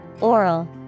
Oral